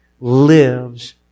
lives